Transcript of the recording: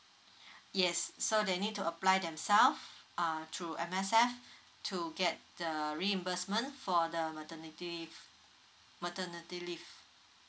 yes so they need to apply themselves uh through M_S_F to get the reimbursement for the maternity leave maternity leave